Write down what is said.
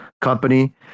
company